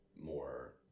more